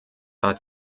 hart